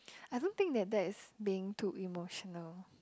I don't think that that is being too emotional